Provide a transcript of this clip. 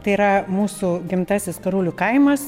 tai yra mūsų gimtasis skarulių kaimas